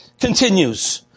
continues